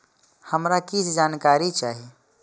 हमरा कीछ जानकारी चाही